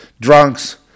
drunks